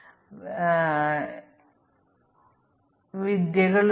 ഇവിടെ ഈ ഓരോ നിരയും ഞങ്ങൾ ഒരു ചട്ടം പോലെ വിളിക്കുന്നു